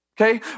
Okay